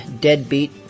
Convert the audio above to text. deadbeat